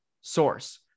source